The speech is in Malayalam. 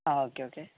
ആ ഓക്കെ ഓക്കെ